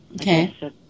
Okay